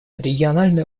региональное